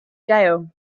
jail